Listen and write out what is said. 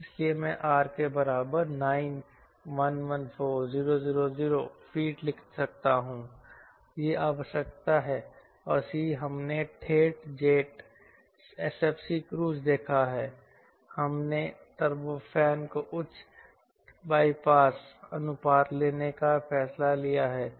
इसलिए मैं R के बराबर 9114000 फीट लिख सकता हूं यह आवश्यकता है और C हमने ठेठ जेट SFC क्रूज देखा है हमने टर्बोफैन को उच्च बाईपास अनुपात लेने का फैसला किया है